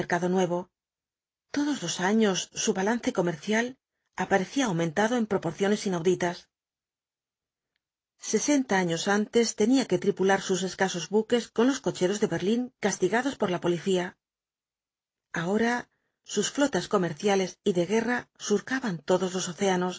nuevo todos los años su balance comercial aparecía aumentado en proporciones inauditas sesenta años antes tenía que tripular sus escasos buques con los cocheros de berlín castigados por la policía ahora sus flotas comerciales y de guerra surcaban todos los océanos